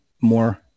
more